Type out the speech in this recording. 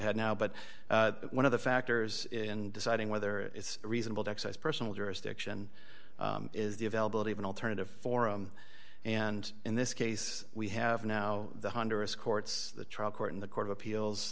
had now but one of the factors in deciding whether it's reasonable to excise personal jurisdiction is the availability of an alternative forum and in this case we have now the honduras courts the trial court and the court of appeals